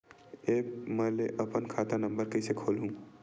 App म ले अपन खाता नम्बर कइसे खोलहु?